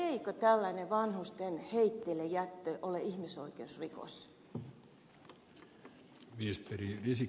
eikö tällainen vanhusten heitteillejättö ole ihmisoikeusrikos